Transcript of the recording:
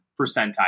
percentile